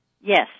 Yes